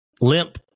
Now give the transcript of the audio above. limp